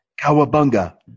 Kawabunga